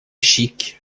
chic